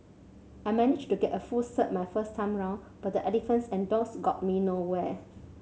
I managed to get a full cert my first time round but the Elephants and Dogs got me nowhere